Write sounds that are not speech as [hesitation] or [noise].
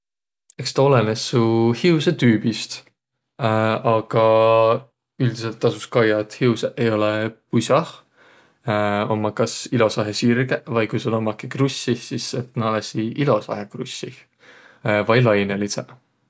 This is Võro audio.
Eks taa olõnõs suq hiusõtüübist. [hesitation] Aga üldiselt tasus kaiaq, et hiusõq ei olõq pus'ah, [hesitation] ummaq kas ilosahe sirgõq vai ku sul ummakiq krussih, sis et näq olõsiq ilosahe krussih vai lainõlidsõq.